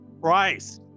price